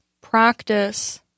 practice